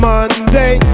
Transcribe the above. Monday